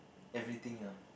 everything lah